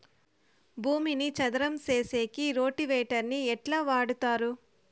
భూమిని చదరం సేసేకి రోటివేటర్ ని ఎట్లా వాడుతారు?